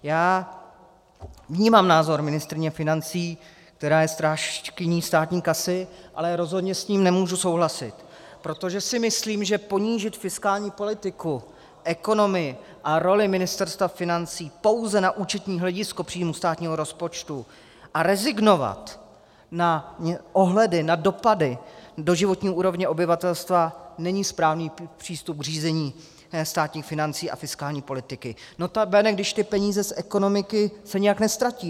Já vnímám názor ministryně financí, která je strážkyní státní kasy, ale rozhodně s ním nemůžu souhlasit, protože si myslím, že ponížit fiskální politiku, ekonomii a roli Ministerstva financí pouze na účetní hledisko příjmů státního rozpočtu a rezignovat na ohledy, na dopady do životní úrovně obyvatelstva, není správný přístup k řízení státních financí a fiskální politiky, nota bene když se peníze z ekonomiky nijak neztratí.